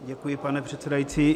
Děkuji, pane předsedající.